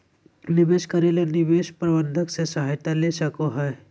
निवेश करे ले निवेश प्रबंधक से सहायता ले सको हो